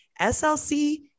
slc